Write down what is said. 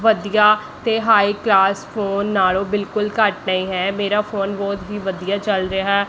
ਵਧੀਆ ਅਤੇ high class phone ਨਾਲੋਂ ਬਿਲਕੁਲ ਘੱਟ ਨਹੀਂ ਹੈ ਮੇਰਾ ਫੋਨ ਬਹੁਤ ਹੀ ਵਧੀਆ ਚੱਲ ਰਿਹਾ